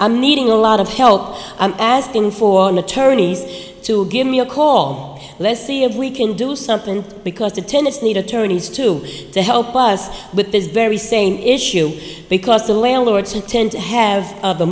i'm eating a lot of help and asking for an attorney's to give me a call let's see if we can do something because the tenets need attorneys to help us with this very same issue because the landlords intend to have the